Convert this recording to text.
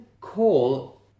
call